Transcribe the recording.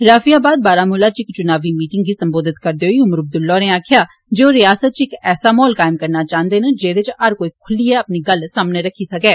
रफीयाबाद बारामूला च इक चुनावी मीटिंग गी संबोधत करदे होई उमर अब्दुल्ला होरें आक्खेआ जे ओह् रिआसता च इक ऐसा माहौल कायम करना चांहृदे न जेहदे च हर कोई खुल्लियै अपनी गल्ल सामने रक्खी सकै